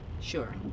sure